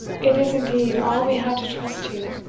it is indeed all we have to trust to.